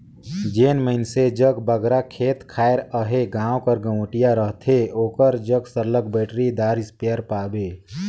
जेन मइनसे जग बगरा खेत खाएर अहे गाँव कर गंवटिया रहथे ओकर जग सरलग बइटरीदार इस्पेयर पाबे